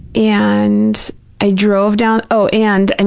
and i drove down, oh, and, and